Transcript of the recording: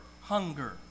hunger